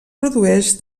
produeix